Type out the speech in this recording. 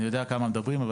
אני יודע כמה מדברים.